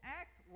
act